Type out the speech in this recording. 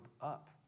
up